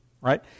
right